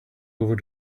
over